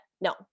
no